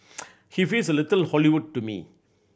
he feels little Hollywood to me